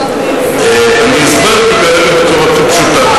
אני הסברתי כרגע בצורה הכי פשוטה.